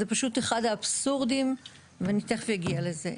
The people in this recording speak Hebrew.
זה פשוט אחד האבסורדים ואני תיכף אגיע לזה.